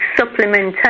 supplementation